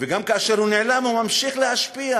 וגם כאשר הוא נעלם הוא ממשיך להשפיע